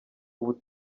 ubu